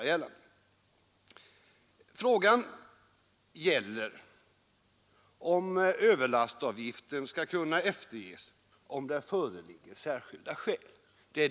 Reservanterna önskar att överlastavgiften skall kunna efterges om det föreligger särskilda skäl.